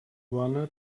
wanna